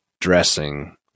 dressing